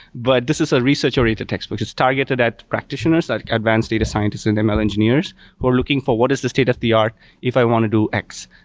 but this is a research oriented textbook. it's targeted at practitioners, like advance data scientists and ml engineers who are looking for what is the state of the art if i want to do x.